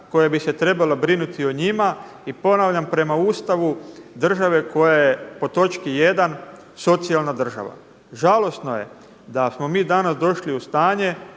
koja bi se trebala brinuti o njima. I ponavljam prema Ustavu države koja je po točki 1. socijalna država. Žalosno je da smo mi danas došli u stanje